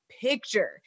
picture